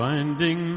Finding